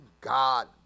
God